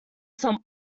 some